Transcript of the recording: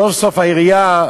סוף-סוף העירייה,